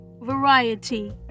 Variety